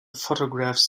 photographs